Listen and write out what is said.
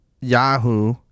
Yahoo